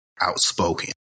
outspoken